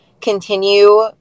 continue